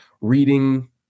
reading